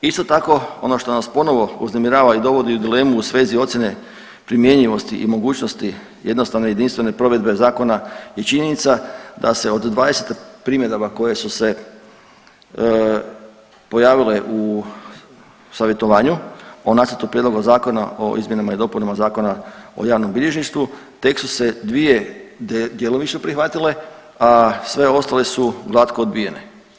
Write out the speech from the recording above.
Isto tako, ono što nas ponovo uznemirava i dovodi u dilemu u svezi ocjene primjenjivosti i mogućnosti jednostavne jedinstvene provedbe zakona je činjenica da se od 20 primjedaba koje su se pojavile u savjetovanju o Nacrtu prijedloga zakona o izmjenama i dopunama Zakona o javnom bilježništvu tek su se dvije djelomično prihvatile, sve ostale su glatko odbijene.